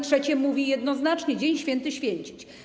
Trzecie mówi jednoznacznie: dzień święty święcić.